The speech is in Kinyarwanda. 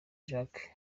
jacques